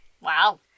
Wow